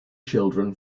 children